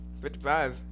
55